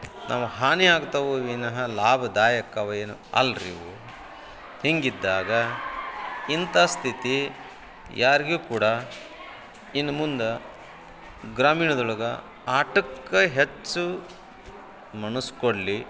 ನಮ್ಗೆ ಹಾನಿಯಾಗ್ತವೆ ವಿನಃ ಲಾಭದಾಯಕವೇನೂ ಅಲ್ಲ ರಿ ಇವು ಹೀಗಿದ್ದಾಗ ಇಂಥ ಸ್ಥಿತಿ ಯಾರಿಗೂ ಕೂಡ ಇನ್ನು ಮುಂದೆ ಗ್ರಾಮೀಣದೊಳಗೆ ಆಟಕ್ಕೆ ಹೆಚ್ಚು ಮನಸ್ಸು ಕೊಡಲಿ